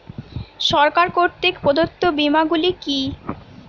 সরকার কর্তৃক প্রদত্ত বিমা গুলি কি কি?